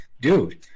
Dude